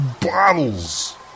bottles